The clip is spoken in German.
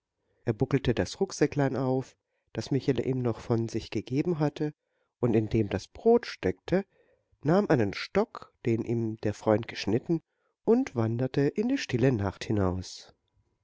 er buckelte das rucksäcklein auf das michele ihm noch von sich gegeben hatte und in dem das brot steckte nahm einen stock den ihm der freund geschnitten und wanderte in die stille nacht hinaus